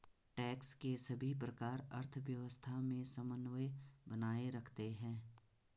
tax के सभी प्रकार अर्थव्यवस्था में समन्वय बनाए रखते हैं